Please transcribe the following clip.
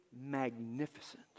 magnificent